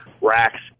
racks